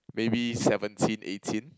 maybe seventeen eighteen